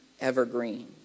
evergreen